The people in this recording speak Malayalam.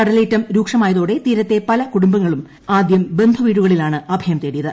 കടലേറ്റം രൂക്ഷമായതോടെ തീരത്തെ പല കുടുംബങ്ങളും ആദ്യം ബന്ധുവീടുകളിൽ ആണ് അഭയം തേടിയത്